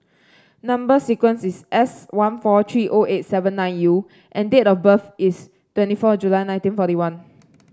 number sequence is S one four three O eight seven nine U and date of birth is twenty four July nineteen forty one